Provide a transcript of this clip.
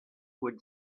would